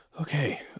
Okay